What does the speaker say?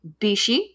Bishi